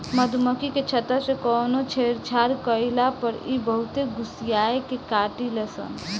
मधुमखी के छत्ता से कवनो छेड़छाड़ कईला पर इ बहुते गुस्सिया के काटेली सन